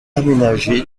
aménagé